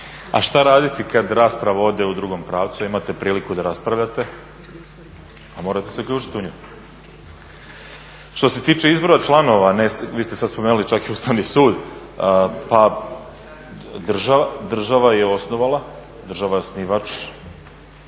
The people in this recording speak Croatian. A što raditi kad rasprava ode u drugom pravcu, a imate priliku da raspravljate? A morate se uključiti u nju. Što se tiče izbora članova, vi ste sad spomenuli čak i Ustavni sud pa država je osnovala, država je osnivač